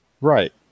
Right